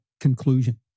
conclusion